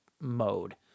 mode